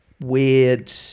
weird